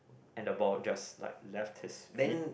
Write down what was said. and the ball just like left his feet